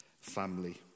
family